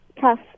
tough